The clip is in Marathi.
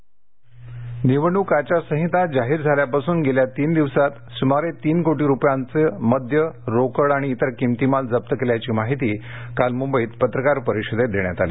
मुद्देमाल निवडणूक आचारसंहिता जाहीर झाल्यापासून गेल्या तीन दिवसांत सुमारे तीन कोटी रुपयांचं मद्य रोकड आणि इतर किंमती माल जप्त केल्याची माहिती काल मुंबईत पत्रकार परिषदेत देण्यात आली